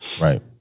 Right